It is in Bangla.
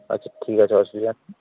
আচ্ছা ঠিক আছে অসুবিধা নেই